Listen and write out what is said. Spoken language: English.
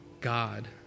God